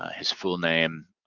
his full name,